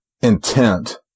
intent